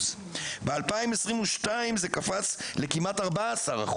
ב-2022 זה קפץ לכמעט 14%,